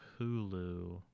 Hulu